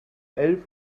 elf